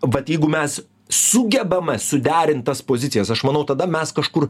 vat jeigu mes sugebame suderint tas pozicijas aš manau tada mes kažkur